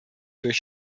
durch